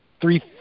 three